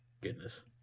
goodness